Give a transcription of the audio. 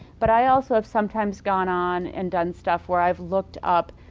but i also have sometimes gone on and done stuff where i've looked up